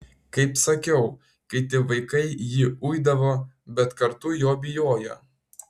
kaip sakiau kiti vaikai jį uidavo bet kartu jo bijojo